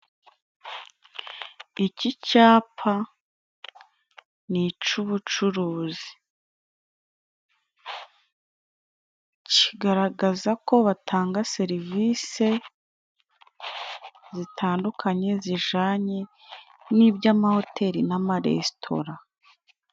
Iki capa ni ic'ubucuruzi kigaragaza ko batanga serivisi zitandukanye zijanye n'iby'amahoteli n'amaresitora.